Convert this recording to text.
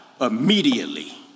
immediately